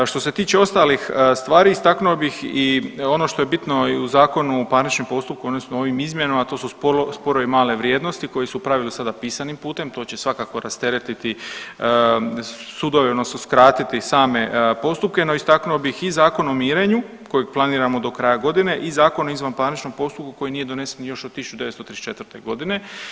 Što se tiče ostalih stvari istaknuo bih i ono što je bitno i u Zakonu o parničnom postupku odnosno izmjenama to su sporovi male vrijednosti koji su u pravilu sada pisanim putem, to će svakako rasteretiti sudove odnosno skratiti same postupke, no istaknuo bih i Zakon o mirenju kojeg planiramo do kraja godine i Zakon o izvanparničnom postupku koji nije donese još od 1934. godine.